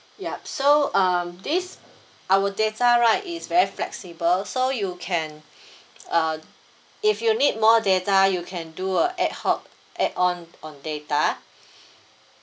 yup so um this our data right is very flexible so you can uh if you need more data you can do a ad hoc add on on data